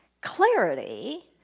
Clarity